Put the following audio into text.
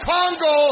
Congo